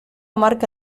marca